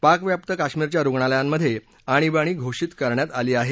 पाकव्याप्त काश्मीरच्या रुग्णालयांमध्ये आणीबाणी घोषित करण्यात आली आहे